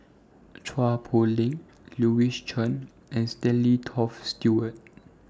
Chua Poh Leng Louis Chen and Stanley Toft Stewart